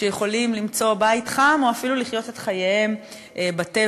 שיכולים למצוא בית חם או אפילו לחיות את חייהם בטבע,